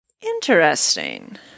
Interesting